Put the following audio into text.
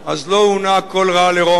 לא אונה כל רע לרומא.